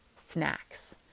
snacks